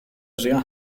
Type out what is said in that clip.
sehr